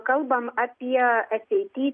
kalbam apie ateity